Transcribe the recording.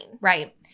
Right